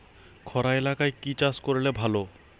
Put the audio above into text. খরা এলাকায় কি চাষ করলে ভালো?